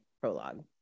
prologue